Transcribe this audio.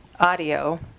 audio